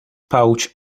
pouch